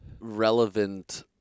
relevant